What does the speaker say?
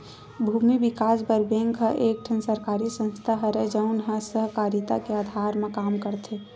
भूमि बिकास बर बेंक ह एक ठन सरकारी संस्था हरय, जउन ह सहकारिता के अधार म काम करथे